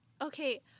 okay